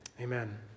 Amen